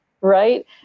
right